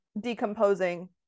decomposing